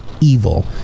evil